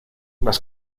las